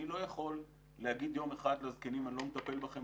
אני לא יכול להגיד יום אחד לזקנים: אני לא מטפל בכם,